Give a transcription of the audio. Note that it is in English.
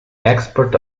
export